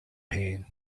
pain